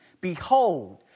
Behold